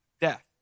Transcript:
death